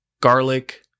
garlic